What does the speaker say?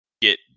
get